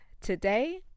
Today